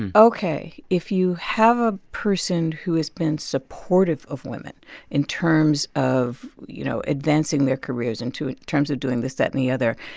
and ok, if you have a person who has been supportive of women in terms of, you know, advancing their careers, in terms of doing this, that and the other,